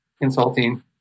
insulting